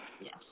Yes